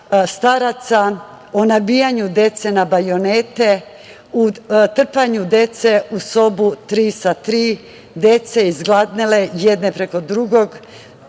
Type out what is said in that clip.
staraca, o nabijanju dece na bajonete, o trpanju dece u sobu tri sa tri, dece izgladnele jedne preko drugog,